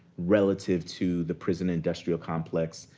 relative to the prison-industrial complex?